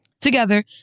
together